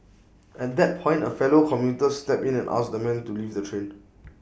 at that point A fellow commuter steps in and asks the man to leave the train